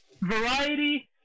variety